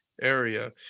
area